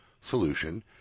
solution